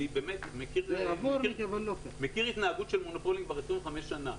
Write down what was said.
אני מכיר התנהגות של מונופולים כבר 25 שנה.